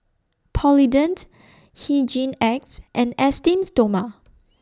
Polident Hygin X and Esteem Stoma